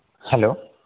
hello